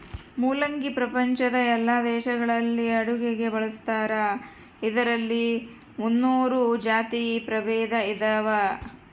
ಮುಲ್ಲಂಗಿ ಪ್ರಪಂಚದ ಎಲ್ಲಾ ದೇಶಗಳಲ್ಲಿ ಅಡುಗೆಗೆ ಬಳಸ್ತಾರ ಇದರಲ್ಲಿ ಮುನ್ನೂರು ಜಾತಿ ಪ್ರಭೇದ ಇದಾವ